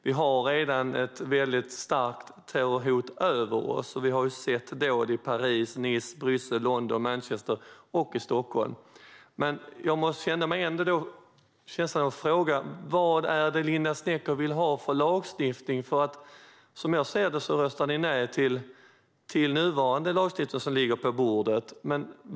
Vi har ju redan ett väldigt starkt terrorhot över oss. Vi har ju sett terrordåd i Paris, Nice, Bryssel, London, Manchester och i Stockholm. Jag känner mig tvungen att fråga: Vad är det Linda Snecker vill ha för lagstiftning? Ni röstade ju nej till nuvarande lagstiftning som ligger på bordet.